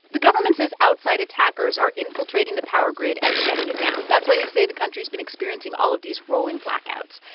the government says outside attackers are infiltrating the power grid and shutting it down. that's why they say the country's been experiencing all of these rolling blackouts.